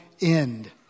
end